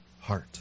heart